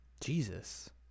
Jesus